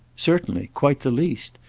certainly quite the least.